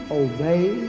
obey